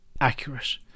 accurate